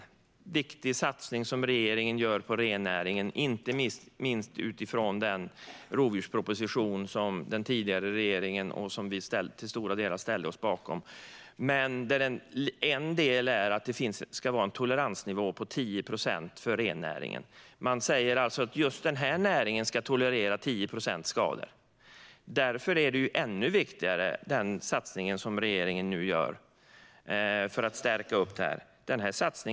Det är en viktig satsning som regeringen gör på den, inte minst utifrån den tidigare regeringens rovdjursproposition, som vi till stora delar ställde oss bakom. En del är att det ska vara en toleransnivå på 10 procent för rennäringen. Man säger alltså att just denna näring ska tolerera 10 procent skador. Därför är den satsning som regeringen nu gör för att stärka detta ännu viktigare.